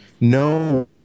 no